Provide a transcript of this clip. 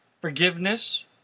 forgiveness